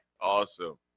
Awesome